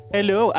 Hello